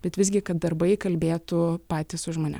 bet visgi kad darbai kalbėtų patys už mane